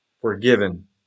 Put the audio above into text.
forgiven